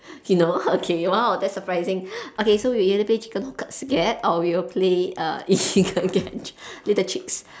you know okay !wow! that's surprising okay so we either play chicken hook or we'll play err eagle catch little chicks